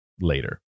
later